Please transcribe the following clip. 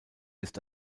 ist